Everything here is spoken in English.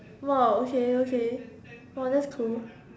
!wow! okay okay !wow! that's cool